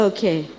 Okay